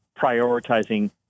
prioritizing